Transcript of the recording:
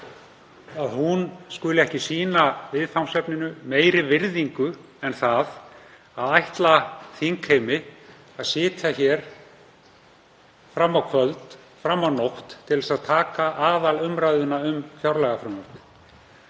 sjálf, skuli ekki sýna viðfangsefninu meiri virðingu en svo að ætla þingheimi að sitja hér fram á kvöld, fram á nótt til að taka aðalumræðuna um fjárlagafrumvarpið.